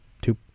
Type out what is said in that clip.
two